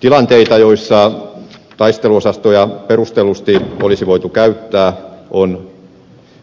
tilanteita joissa taisteluosastoja perustellusti olisi voitu käyttää on